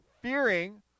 fearing